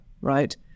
right